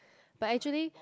but actually